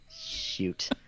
Shoot